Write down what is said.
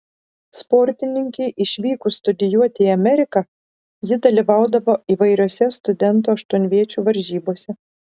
sportininkei išvykus studijuoti į ameriką ji dalyvaudavo įvairiose studentų aštuonviečių varžybose